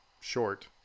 short